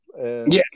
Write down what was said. Yes